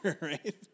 right